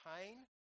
pain